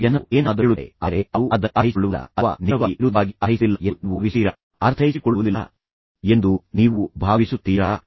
ಆಗಾಗ್ಗೆ ಜನರು ಏನನ್ನಾದರೂ ಹೇಳುತ್ತಾರೆ ಆದರೆ ಅವರು ಅದನ್ನು ಅರ್ಥೈಸಿಕೊಳ್ಳುವುದಿಲ್ಲ ಅಥವಾ ನಿಖರವಾಗಿ ವಿರುದ್ಧವಾಗಿ ಅರ್ಥೈಸುವುದಿಲ್ಲ ಎಂದು ನೀವು ಭಾವಿಸುತ್ತೀರಾ